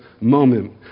moment